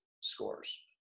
scores